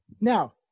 Now